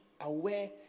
aware